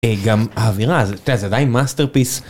גם האווירה, אתה יודע, זה עדיין מאסטרפיס